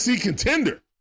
contender